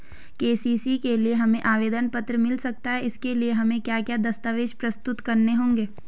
KCC के लिए हमें आवेदन पत्र मिल सकता है इसके लिए हमें क्या क्या दस्तावेज़ प्रस्तुत करने होंगे?